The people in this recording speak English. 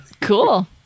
Cool